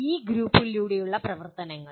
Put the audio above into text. E ഗ്രൂപ്പുകളിലൂടെയുള്ള പ്രവർത്തനങ്ങൾ